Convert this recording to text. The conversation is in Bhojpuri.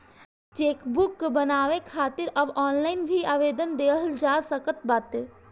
चेकबुक बनवावे खातिर अब ऑनलाइन भी आवेदन देहल जा सकत बाटे